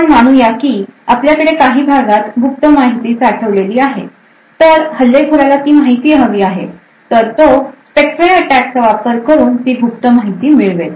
आपण मानूया की आपल्याकडे काही भागात गुप्त माहिती साठवलेली आहे तर हल्लेखोराला ती माहिती हवी आहे तर तो Spectre attack चा वापर करून ती गुप्त माहिती मिळवेल